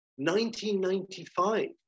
1995